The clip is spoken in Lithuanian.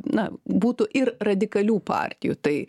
na būtų ir radikalių partijų tai